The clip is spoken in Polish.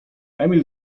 emil